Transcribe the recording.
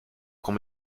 quand